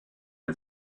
est